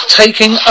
taking